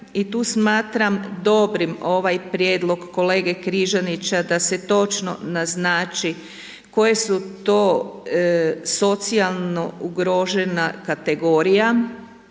i tu smatram dobrim ovaj prijedlog kolege Križanića da se točno naznači koje su to socijalno ugrožena kategorija